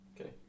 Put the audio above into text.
Okay